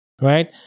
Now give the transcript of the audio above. Right